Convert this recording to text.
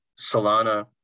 Solana